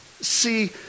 See